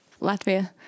Latvia